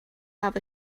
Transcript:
have